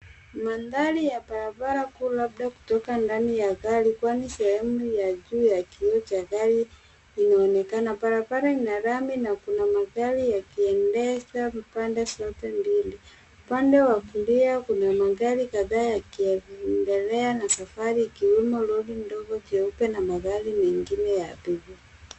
Mandhari ya barabara kuu labda kutoka ndani ya gari, kwani sehemu ya juu ya kioo cha gari inaonekana. Barabara ina lami na kuna magari yakiendeshwa pande zote mbili. Upande wa kulia kuna magari kadhaa yakiendelea na safari, ikiwemo lori dogo jeupe na magari mengine ya abiria.